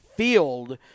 field